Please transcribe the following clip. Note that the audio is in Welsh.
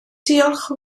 diolch